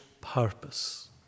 purpose